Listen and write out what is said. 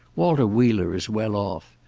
walter wheeler is well off.